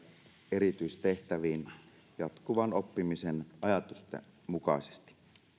erityistehtäviin jatkuvan oppimisen ajatusten mukaisesti